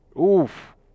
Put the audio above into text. Oof